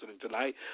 tonight